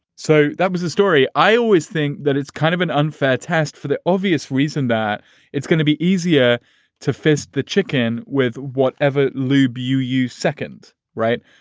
so that was the story. i always think that it's kind of an unfair test for the obvious reason that it's gonna be easier to fist the chicken with whatever lube you use second. right.